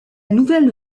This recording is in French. nouvelle